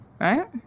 Right